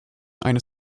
eine